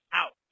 out